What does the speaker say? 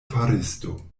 faristo